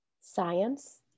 science